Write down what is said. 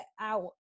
out